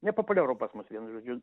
nepopuliaru pas mus vienu žodžiu